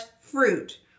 fruit